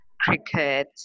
cricket